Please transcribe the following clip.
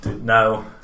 No